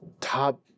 top